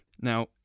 Now